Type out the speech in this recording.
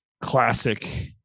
classic